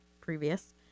previous